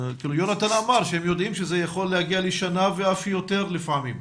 יונתן אמר שהם יודעים שזה יכול להגיע לשנה ואף יותר לפעמים.